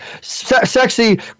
sexy